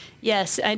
Yes